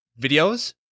videos